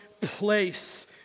place